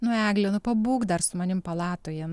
nu egle nu pabūk dar su manim palatoje